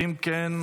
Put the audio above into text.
אם כן,